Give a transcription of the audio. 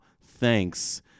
thanks